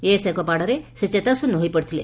ଏଏସ୍ଆଇଙ ମାଡ଼ରେ ସେ ଚେତାଶ଼୍ନ୍ୟ ହୋଇପଡ଼ିଥିଲେ